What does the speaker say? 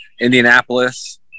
Indianapolis